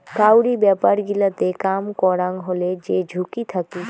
কাউরি ব্যাপার গিলাতে কাম করাং হলে যে ঝুঁকি থাকি